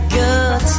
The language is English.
good